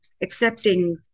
accepting